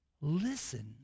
listen